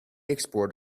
export